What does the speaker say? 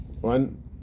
One